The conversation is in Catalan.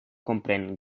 comprèn